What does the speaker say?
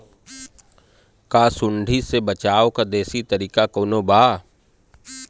का सूंडी से बचाव क देशी तरीका कवनो बा?